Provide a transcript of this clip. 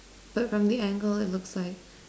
but from the angle it looks like